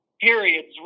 periods